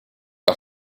par